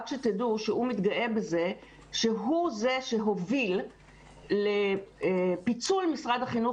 הוא מתגאה בזה שהוא זה שהוביל לפיצול משרד החינוך